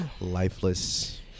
lifeless